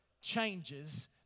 changes